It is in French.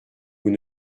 vous